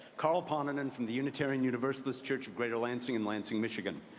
carl ponenan from the unitarian universalist church of greater lansing in lansing, michigan.